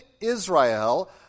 Israel